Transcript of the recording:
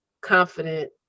confident